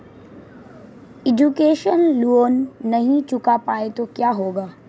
Education loan नहीं चुका पाए तो क्या होगा?